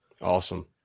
Awesome